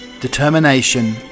Determination